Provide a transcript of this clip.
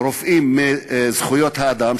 "רופאים לזכויות האדם",